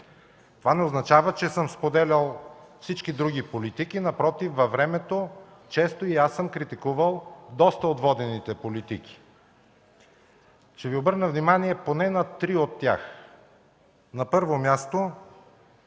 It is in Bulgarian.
Това не означава, че съм споделял всички други политики. Напротив, във времето често и аз съм критикувал доста от водените политики. Ще обърна внимание поне на три от тях. На първо място,